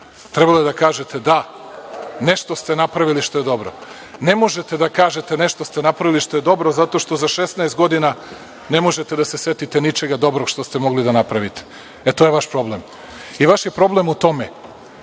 Trebalo je da kažete - da, nešto ste napravili što je dobro. Ne možete da kažete nešto da ste napravili što je dobro zato što za 16 godina ne možete da se setite ničega dobrog što ste mogli da napravite. E, to je vaš problem. Vaš je problem u tome